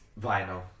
Vinyl